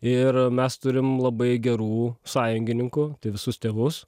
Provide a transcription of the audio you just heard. ir mes turim labai gerų sąjungininkų tai visus tėvus